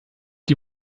die